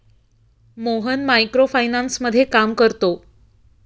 Mohan micro फायनान्समध्ये काम करतो